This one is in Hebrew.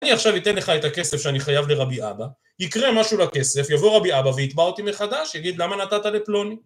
אני עכשיו אתן לך את הכסף שאני חייב לרבי אבא, יקרה משהו לכסף, יבוא רבי אבא ויתבע אותי מחדש, יגיד למה נתת לפלוני?